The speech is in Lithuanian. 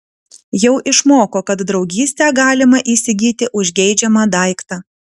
jau išmoko kad draugystę galima įsigyti už geidžiamą daiktą